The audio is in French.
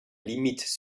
limite